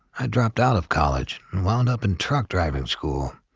i dropped out of college and wound up in truck driving school.